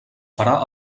farà